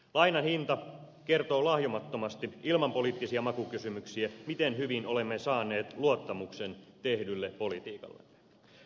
lainan hinta kertoo lahjomattomasti ilman poliittisia makukysymyksiä miten hyvin olemme saaneet luottamuksen tehdylle politiikallemme